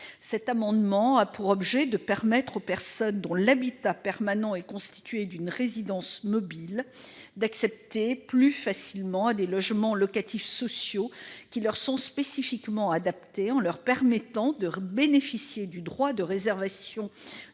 de M. Raison a pour objet de permettre aux personnes dont l'habitat permanent est constitué d'une résidence mobile d'accéder plus facilement à des logements locatifs sociaux qui leur sont spécifiquement adaptés, en leur permettant de bénéficier du droit de réservation du préfet